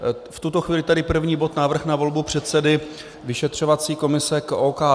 V tuto chvíli tedy první bod, návrh na volbu předsedy vyšetřovací komise k OKD.